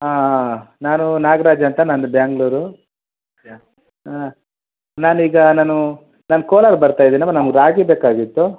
ಹಾಂ ನಾನು ನಾಗರಾಜ್ ಅಂತ ನಂದು ಬ್ಯಾಂಗ್ಳುರ್ ನಾನೀಗ ನಾನು ನಾನು ಕೋಲಾರ ಬರ್ತಾ ಇದ್ದೀನಮ್ಮ ನಮ್ಗೆ ರಾಗಿ ಬೇಕಾಗಿತ್ತು